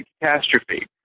catastrophe